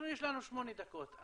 יש לנו שמונה דקות.